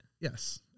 yes